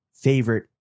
favorite